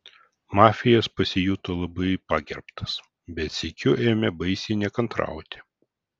mafijas pasijuto labai pagerbtas bet sykiu ėmė baisiai nekantrauti